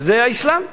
זה אסלאם קיצוני.